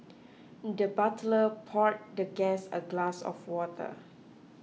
the butler poured the guest a glass of water